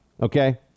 Okay